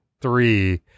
three